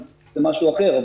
אז זה משהו אחר.